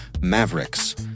Mavericks